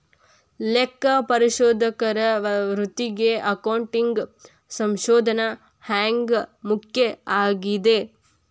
ಲೆಕ್ಕಪರಿಶೋಧಕರ ವೃತ್ತಿಗೆ ಅಕೌಂಟಿಂಗ್ ಸಂಶೋಧನ ಹ್ಯಾಂಗ್ ಮುಖ್ಯ ಆಗೇದ?